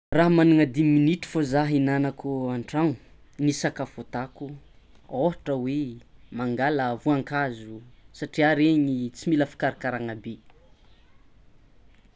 Raha magnagna dimy minitry fô zah hignanako an-tragni ny sakafo ataoko ohatra hoe mangala voankazo satria regny tsy mila fikarakarana be.